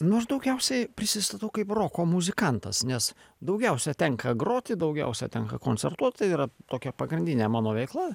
nu aš daugiausia prisistatau kaip roko muzikantas nes daugiausia tenka groti daugiausia tenka koncertuot tai yra tokia pagrindinė mano veikla